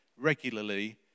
regularly